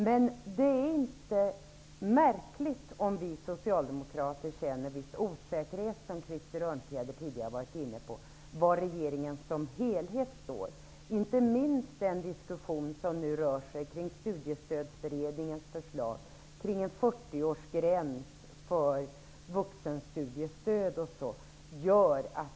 Men det är inte märkligt om vi socialdemokrater känner viss osäkerhet -- som Krister Örnfjäder tidigare har varit inne på -- var regeringen som helhet står, inte minst gäller detta den diskussion som rör sig kring Studiestödsberedningens förslag om en 40-årsgräns för vuxenstudiestöd.